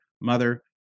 mother